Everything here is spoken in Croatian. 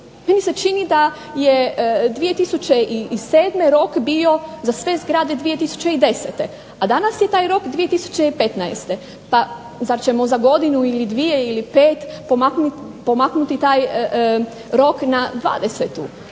Meni se čini da je 2007. rok bio za sve zgrade 2010., a danas je taj rok 2015. Pa zar ćemo za godinu ili dvije ili pet pomaknuti taj rok na 2020.?